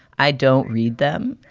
i don't read them.